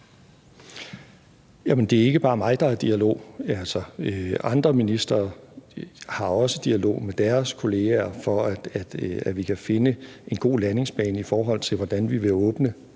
det er ikke bare mig, der er i dialog. Andre ministre har også dialog med deres kollegaer, for at vi kan finde en god landingsbane i forhold til, hvordan vi vil åbne